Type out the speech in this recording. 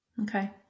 Okay